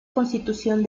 constitución